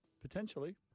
Potentially